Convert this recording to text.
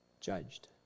judged